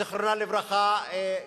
זיכרונה לברכה,